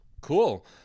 Cool